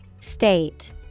State